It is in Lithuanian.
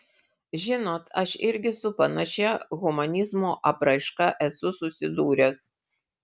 žinot aš irgi su panašia humanizmo apraiška esu susidūręs